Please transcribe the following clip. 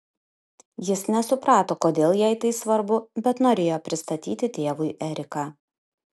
jis nesuprato kodėl jai tai svarbu bet norėjo pristatyti tėvui eriką